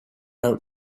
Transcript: out